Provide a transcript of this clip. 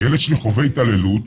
הילד שלי חווה התעללות,